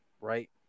right